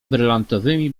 brylantowymi